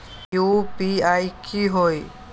UPI की होई?